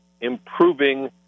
improving